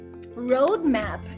roadmap